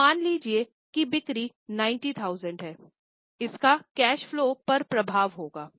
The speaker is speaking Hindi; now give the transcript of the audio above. तो मान लीजिए कि बिक्री 90000 है इसका कैश फलो पर प्रभाव होगा